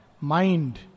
mind